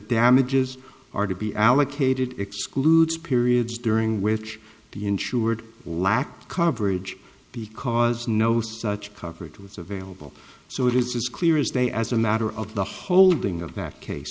damages are to be allocated excludes periods during which the insured lacked coverage because no such coverage was available so it is clear as day as a matter of the holding of that case